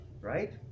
right